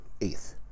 Eighth